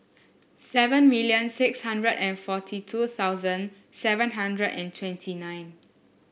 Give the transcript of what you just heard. seven million six hundred and forty two thousand seven hundred and twenty nine